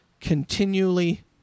continually